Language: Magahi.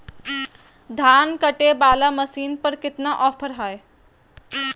धान कटे बाला मसीन पर कतना ऑफर हाय?